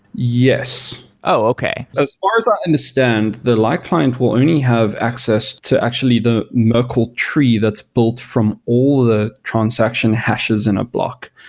yes okay as far as i understand, the light client will only have access to actually the merkel tree that's built from all the transaction hashes in a block.